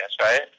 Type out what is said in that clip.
Right